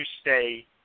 stay